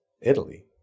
Italy